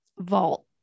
vault